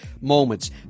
moments